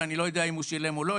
שאני לא יודע אם הוא שילם או לא,